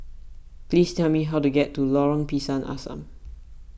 please tell me how to get to Lorong Pisang Asam